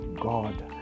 God